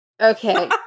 Okay